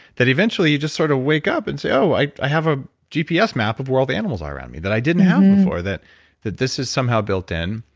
that eventually you just sort of wake up and say, oh. i i have a gps map of where all the animals are around me that i didn't have before, that that this is somehow built in.